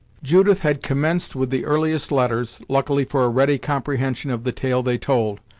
judith had commenced with the earliest letters, luckily for a ready comprehension of the tale they told,